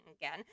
again